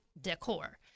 decor